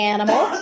Animal